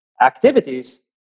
activities